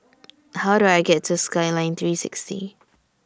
How Do I get to Skyline three sixty